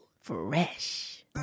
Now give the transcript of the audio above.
Fresh